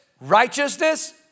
righteousness